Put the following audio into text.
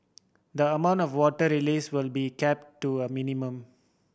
the amount of water release will be kept to a minimum